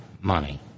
money